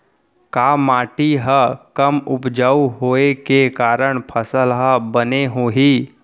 का माटी हा कम उपजाऊ होये के कारण फसल हा बने होही?